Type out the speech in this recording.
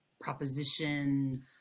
proposition